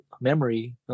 memory